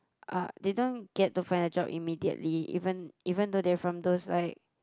uh they don't get to find a job immediately even even though they're from those like